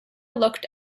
looked